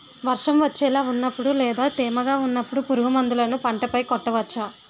వర్షం వచ్చేలా వున్నపుడు లేదా తేమగా వున్నపుడు పురుగు మందులను పంట పై కొట్టవచ్చ?